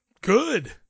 Good